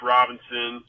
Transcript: Robinson